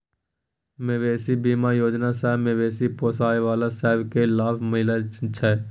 मबेशी बीमा योजना सँ मबेशी पोसय बला सब केँ लाभ मिलइ छै